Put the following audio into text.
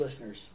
listeners